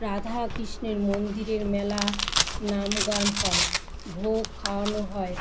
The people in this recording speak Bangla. রাধা কৃষ্ণের মন্দিরের মেলা নামগান হয় ভোগ খাওয়ানো হয়